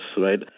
Right